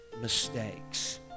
mistakes